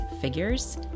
figures